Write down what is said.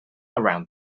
around